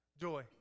Joy